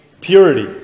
purity